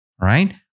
right